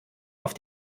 auf